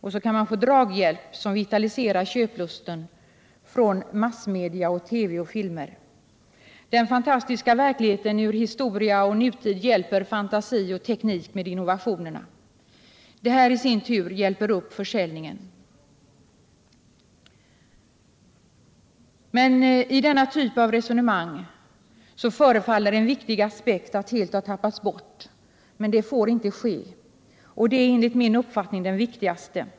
Och så kan man få draghjälp som vitaliserar köplusten från massmedia, TV och filmer. Den fantastiska verkligheten ur historia och nutid hjälper fantasi och teknik med innovationerna. Detta i sin tur hjälper upp försäljningen. I denna typ av resonemang förefaller en viktig aspekt att helt ha tappats bort — vilket inte får ske — och det är enligt min uppfattning den viktigaste.